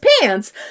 pants